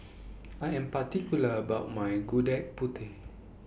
I Am particular about My Gudeg Putih